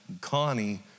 Connie